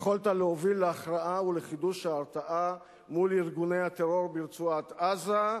יכולת להוביל להכרעה ולחידוש ההרתעה מול ארגוני הטרור ברצועת-עזה,